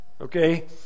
Okay